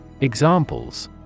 Examples